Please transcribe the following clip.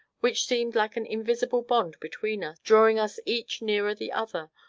which seemed like an invisible bond between us, drawing us each nearer the other,